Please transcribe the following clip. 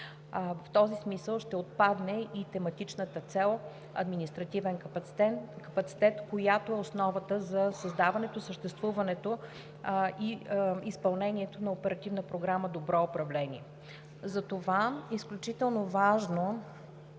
В този смисъл ще отпадне и тематичната цел „Административен капацитет“, която е основата за създаването, съществуването и изпълнението на Оперативна програма „Добро управление“. Затова е изключително важно